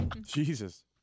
jesus